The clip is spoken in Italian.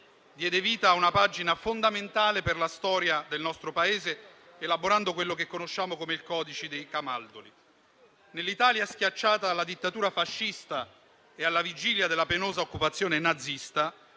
diede vita a una pagina fondamentale per la storia del nostro Paese, elaborando quello che conosciamo come il codice di Camaldoli. Nell'Italia schiacciata dalla dittatura fascista e alla vigilia della penosa occupazione nazista,